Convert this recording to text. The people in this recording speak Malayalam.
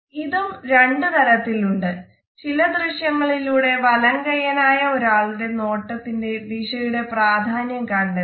ഇതും രണ്ട് തരത്തിൽ ഉണ്ട് ചില ദൃശ്യങ്ങളിലൂടെ വലം കയ്യനായ ഒരാളുടെ നോട്ടത്തിന്റെ ദിശയുടെ പ്രാധാന്യം കണ്ടെത്താം